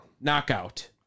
knockout